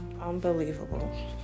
unbelievable